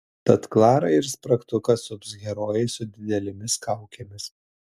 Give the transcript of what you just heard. tad klarą ir spragtuką sups herojai su didelėmis kaukėmis